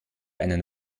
einen